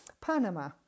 Panama